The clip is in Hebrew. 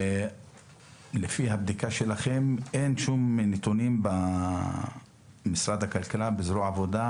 לפי הבדיקה שלכם אין שום נתונים בזרוע העבודה